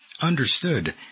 Understood